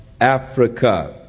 Africa